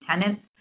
tenants